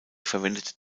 verwendet